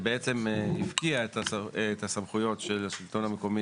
שבעצם הפקיע את הסמכויות של השלטון המקומי